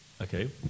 Okay